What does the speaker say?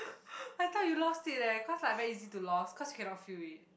I thought you lost it eh cause like very easy to lost cause you cannot feel it